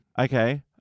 Okay